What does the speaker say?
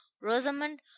Rosamond